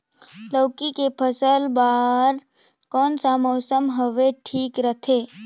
लौकी के फसल बार कोन सा मौसम हवे ठीक रथे?